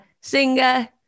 singer